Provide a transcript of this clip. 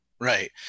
Right